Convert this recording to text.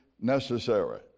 necessary